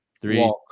three